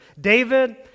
David